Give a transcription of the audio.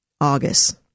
August